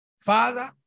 Father